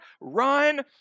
run